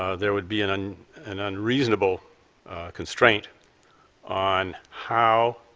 ah there would be an an an unreasonable restraint on how